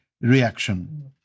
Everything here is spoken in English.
reaction